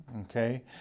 okay